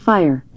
Fire